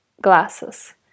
glasses